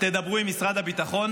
תדברו עם משרד הביטחון.